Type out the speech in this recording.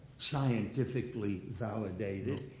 scientifically validated.